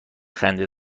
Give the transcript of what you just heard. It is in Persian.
خنده